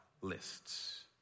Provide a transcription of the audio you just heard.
lists